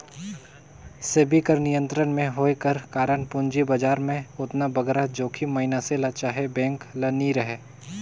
सेबी कर नियंत्रन में होए कर कारन पूंजी बजार में ओतना बगरा जोखिम मइनसे ल चहे बेंक ल नी रहें